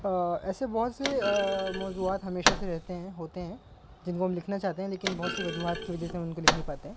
ایسے بہت سے موضوعات ہمیشہ سے رہتے ہیں ہوتے ہیں جن کو ہم لکھنا چاہتے ہیں لیکن بہت سی وجوہات کی وجہ سے ان کو لکھ نہیں پاتے ہیں